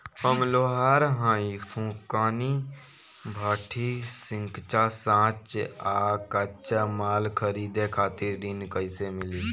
हम लोहार हईं फूंकनी भट्ठी सिंकचा सांचा आ कच्चा माल खरीदे खातिर ऋण कइसे मिली?